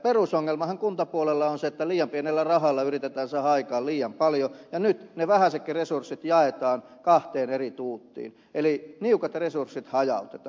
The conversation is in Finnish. perusongelmahan kuntapuolella on se että liian pienellä rahalla yritetään saada aikaan liian paljon ja nyt ne vähäisetkin resurssit jaetaan kahteen eri tuuttiin eli niukat resurssit hajautetaan